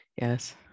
Yes